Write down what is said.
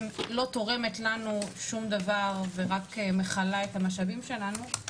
לא תורמת לנו שום דבר ורק מכלה את המשאבים שלנו,